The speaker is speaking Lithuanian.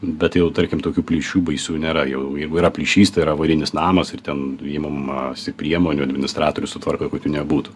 bet jau tarkim tokių plyšių baisių nėra jau jeigu yra plyšys tai yra avarinis namas ir ten imamasi priemonių administratorius sutvarko kad jų nebūtų